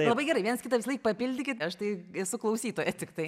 labai gerai viens kitą visąlaik papildykit aš tai esu klausytoja tiktai